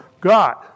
God